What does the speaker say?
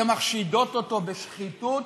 שמחשידות אותו בשחיתות,